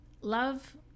love